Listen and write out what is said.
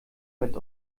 mit